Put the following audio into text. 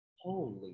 Holy